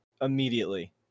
immediately